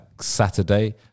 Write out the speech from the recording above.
Saturday